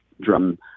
drum